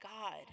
God